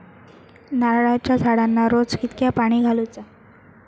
नारळाचा झाडांना रोज कितक्या पाणी घालुचा?